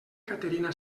caterina